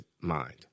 mind